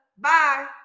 Bye